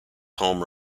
home